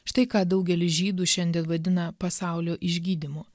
štai ką daugelis žydų šiandien vadina pasaulio išgydymu